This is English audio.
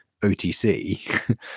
otc